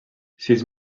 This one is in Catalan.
sis